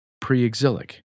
pre-exilic